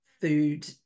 food